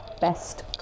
best